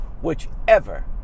whichever